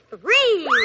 three